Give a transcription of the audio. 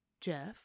Jeff